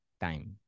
time